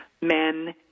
men